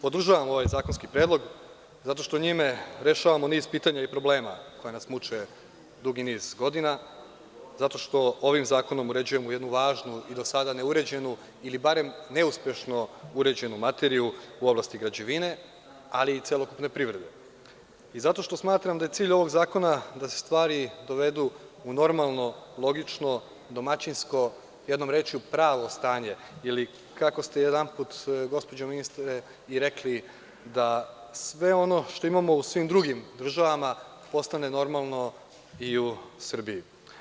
Podržavam ovaj zakonski predlog zato što njime rešavamo niz pitanja i problema koji nas muče dugi niz godina, zato što ovim zakonom uređujemo jednu važnu i do sada neuređenu ili barem neuspešno uređenu materiju u oblasti građevine, ali i celokupne privrede, zato što smatram da je cilj ovog zakona da se stvari dovedu u normalno, logično, domaćinsko, jednom rečju, pravo stanje, ili kako ste jedanput, gospođo ministre, i rekli, da sve ono što imamo u svim drugim državama postane normalno i u Srbiji.